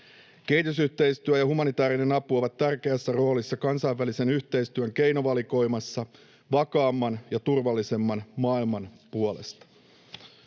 Kehitysyhteistyö ja humanitaarinen apu ovat tärkeässä roolissa kansainvälisen yhteistyön keinovalikoimassa vakaamman ja turvallisemman maailman puolesta.